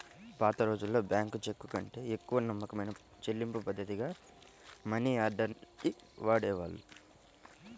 పాతరోజుల్లో బ్యేంకు చెక్కుకంటే ఎక్కువ నమ్మకమైన చెల్లింపుపద్ధతిగా మనియార్డర్ ని వాడేవాళ్ళు